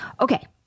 Okay